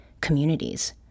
communities